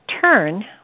turn